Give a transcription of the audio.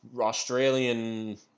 Australian